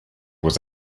was